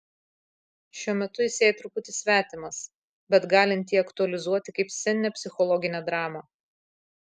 šiuo metu jis jai truputį svetimas bet galinti jį aktualizuoti kaip sceninę psichologinę dramą